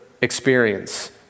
experience